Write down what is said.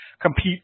compete